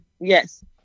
Yes